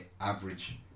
average